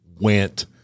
went